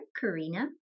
Karina